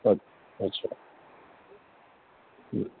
اچھ اچھا ٹھیک